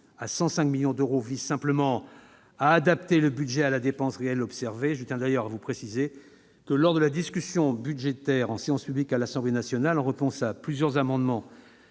à 105 millions d'euros vise simplement à adapter le budget à la dépense réelle observée. Je tiens d'ailleurs à vous préciser que, lors de la discussion budgétaire en séance publique à l'Assemblée nationale, en réponse à plusieurs amendements